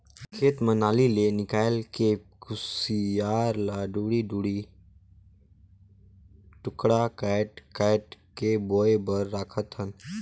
खेत म नाली ले निकायल के फिर खुसियार ल दूढ़ी दूढ़ी टुकड़ा कायट कायट के बोए बर राखथन